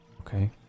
Okay